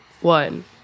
one